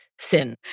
Sin